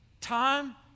Time